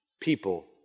people